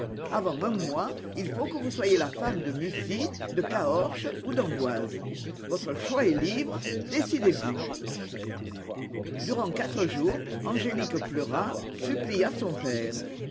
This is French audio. avant un mois il faut que vous soyez la femme de mussy de caorches ou d'emboise votre choix est libre décidez-vous durant quatre jours angélique pleura supplia son père